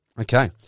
Okay